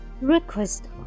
request